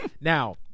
Now